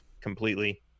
completely